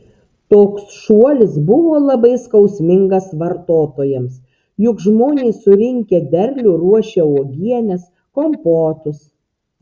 toks šuolis buvo labai skausmingas vartotojams juk žmonės surinkę derlių ruošia uogienes kompotus